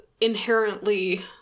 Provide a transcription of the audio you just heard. inherently